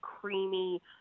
creamy